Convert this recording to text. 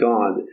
God